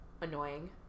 annoying